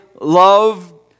love